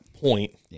point